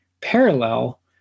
parallel